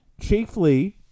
chiefly